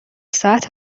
ساعت